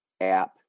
app